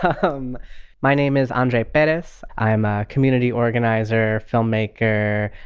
ah um my name is andre perez. i am a community organizer, filmmaker.